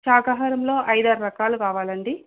శాకాహారంలో ఐదారు రకాలు కావాలండి